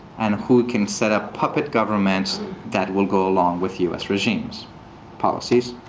and who can set up puppet governments that will go along with u s. regimes' policies.